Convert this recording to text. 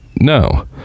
No